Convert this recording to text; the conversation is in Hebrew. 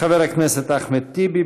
חבר הכנסת אחמד טיבי,